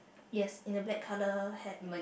yes in the black colour hat